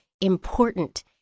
important